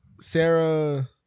Sarah